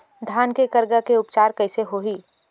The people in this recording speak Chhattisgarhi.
धान के करगा के उपचार कइसे होही?